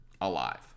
alive